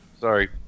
Sorry